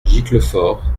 giclefort